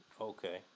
Okay